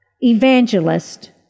evangelist